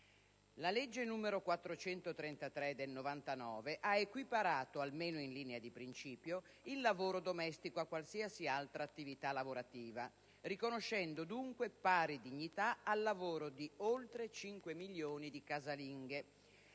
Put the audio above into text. La legge n. 433 del 1999 ha equiparato, almeno in linea di principio, il lavoro domestico a qualsiasi altra attività lavorativa, riconoscendo dunque pari dignità al lavoro di oltre cinque milioni di casalinghe.